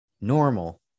normal